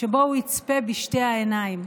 שבו הוא יצפה בשתי העיניים.